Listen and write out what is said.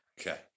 Okay